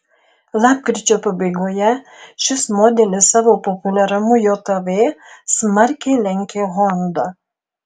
lapkričio pabaigoje šis modelis savo populiarumu jav smarkiai lenkė honda